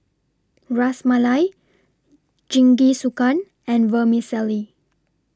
Ras Malai Jingisukan and Vermicelli